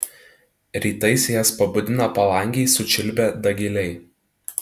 rytais jas pabudina palangėj sučiulbę dagiliai